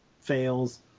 fails